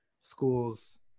schools